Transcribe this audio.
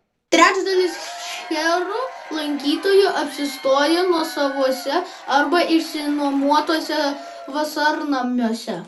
trečdalis šcherų lankytojų apsistoja nuosavuose arba išsinuomotuose vasarnamiuose